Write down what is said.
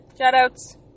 Shoutouts